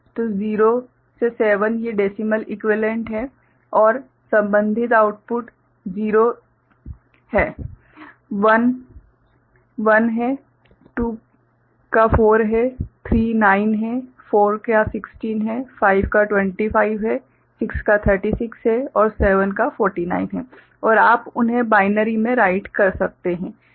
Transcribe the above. तो 0 से 7 ये डेसिमल इक्वीवेलेंट हैं और संबंधित आउटपुट 0 है 1 1 है 2 4 है 3 9 है 4 16 है 5 25 है 6 36 है और 7 49 है और आप उन्हें बाइनरी मे राइट कर सकते हैं